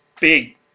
big